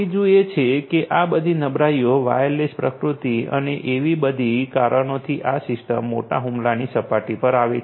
ત્રીજું એ છે કે આ બધી નબળાઈઓ વાયરલેસ પ્રકૃતિ અને એવી બધી કારણોથી આ સિસ્ટમ મોટા હુમલાની સપાટી પર આવે છે